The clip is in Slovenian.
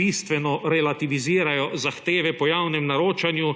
bistveno zrelativizirajo zahteve po javnem naročanju,